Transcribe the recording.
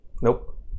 Nope